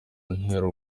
ntera